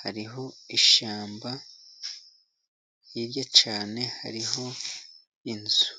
hariho ishyamba, hirya cyane hariho inzu.